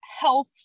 health